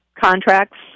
contracts –